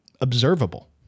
observable